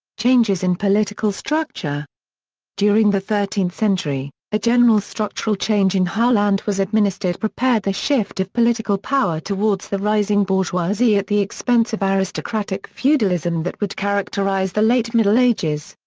changes in political structure during the thirteenth century, a general structural change in how land was administered prepared the shift of political power towards the rising bourgeoisie at the expense of aristocratic feudalism that would characterize the late middle ages.